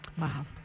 Wow